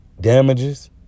damages